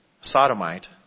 sodomite